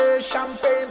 Champagne